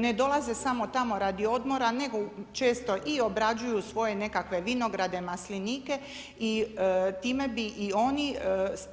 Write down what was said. Ne dolaze samo tako radi odmora nego često i obrađuju svoje nekakve vinograde, maslinike i time bi i oni